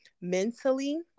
mentally